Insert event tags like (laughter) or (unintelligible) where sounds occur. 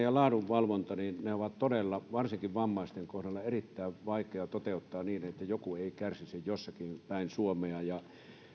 (unintelligible) ja laadunvalvontaa on todella varsinkin vammaisten kohdalla erittäin vaikea toteuttaa niin että joku ei kärsisi jossakin päin suomea